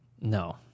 No